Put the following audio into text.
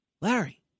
Larry